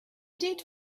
did